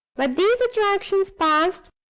but these attractions passed,